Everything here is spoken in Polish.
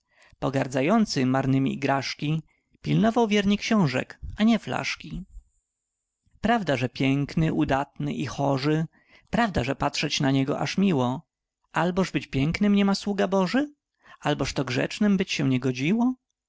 zazdrościł pogardzający marnemi igraszki pilnował wiernie xiążek a nie flaszki prawda że piękny udatny i hoży prawda że patrzyć na niego aż miło alboż być pięknym nie ma sługa boży albożto grzecznym być się nie godziło